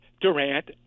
Durant